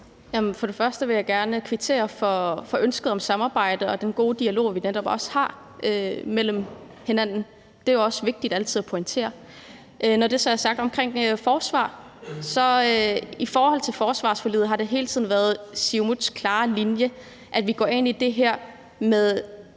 fremmest vil jeg gerne kvittere for ønsket om samarbejde og for den gode dialog, som vi netop også har med hinanden. Det er også vigtigt altid at pointere. Når det så er sagt, vil jeg sige omkring forsvar, at det i forhold til forsvarsforliget hele tiden har været Siumuts klare linje, at vi går ind i det her ved